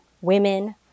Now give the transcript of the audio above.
women